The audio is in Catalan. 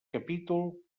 capítol